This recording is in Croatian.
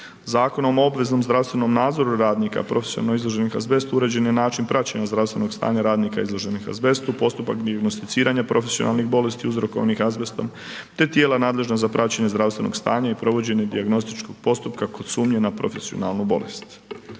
Zakonom o obveznom zdravstvenom nadzoru radnika profesionalno izloženih azbestu uređen je način praćenja zdravstvenog stanja radnika izloženih azbestu postupak dijagnosticiranja profesionalnih bolesti uzrokovanih azbestom, te tijela nadležna za praćenje zdravstvenog stanja i provođenje dijagnostičkog postupka kod sumnje na profesionalnu bolest.